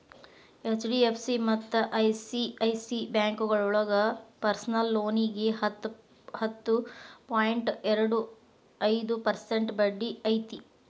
HDFC ಮತ್ತ ICIC ಬ್ಯಾಂಕೋಳಗ personal ಲೋನಿಗಿ ಹತ್ತು ಪಾಯಿಂಟ್ ಎರಡು ಐದು ಪರ್ಸೆಂಟ್ ಬಡ್ಡಿ ಐತಿ